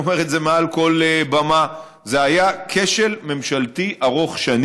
אני אומר את זה מעל כל במה: זה היה כשל ממשלתי ארוך-שנים,